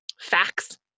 facts